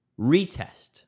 Retest